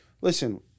listen